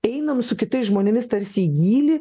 einam su kitais žmonėmis tarsi į gylį